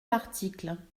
l’article